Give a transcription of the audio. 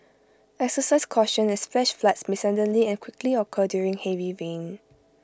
exercise caution as flash floods may suddenly and quickly occur during heavy rain